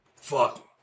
Fuck